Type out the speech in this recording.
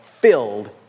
filled